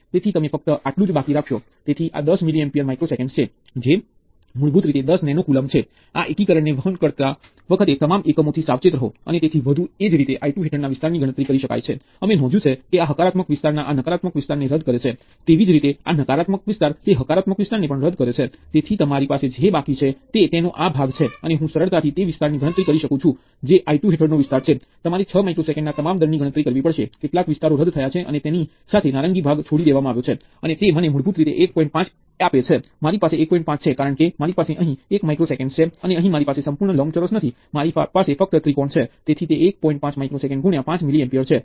તો આ પછી સીરિઝ ના જોડાણ ની વ્યાખ્યા છે તે જ પ્રવાહ આ બધા તત્વો માંથી વહે છે અને તે સીરિઝ સંયોજનના અંત વચ્ચે ચોખ્ખા વોલ્ટેજ અને એ તત્વોમાં ના વ્યક્તિગત વોલ્ટેજનો સરવાળો છે